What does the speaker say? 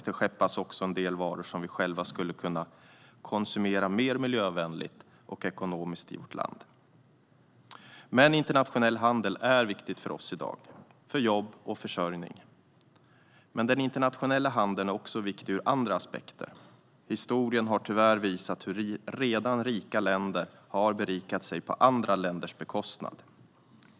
Det skeppas också en del varor som vi själva skulle kunna konsumera mer miljövänligt och ekonomiskt i vårt land. Internationell handel är viktig för oss i dag för jobb och försörjning. Men den internationella handeln är också viktig ur andra aspekter. Historien har tyvärr visat hur redan rika länder har berikat sig på andra länders bekostnad.